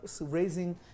raising